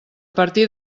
partir